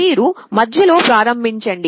మీరు మధ్యలో ప్రారంభించండి